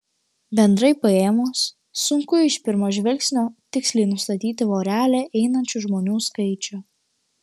bendrai paėmus sunku iš pirmo žvilgsnio tiksliai nustatyti vorele einančių žmonių skaičių